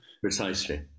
Precisely